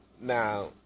Now